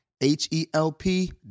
H-E-L-P